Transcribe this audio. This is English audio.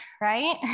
right